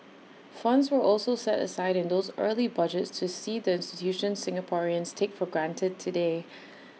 funds were also set aside in those early budgets to seed the institutions Singaporeans take for granted today